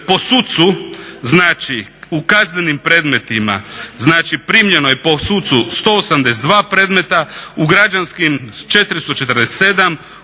po sucu znači u kaznenim predmetima znači primljeno je po sucu 182 predmeta, u građanskim 447,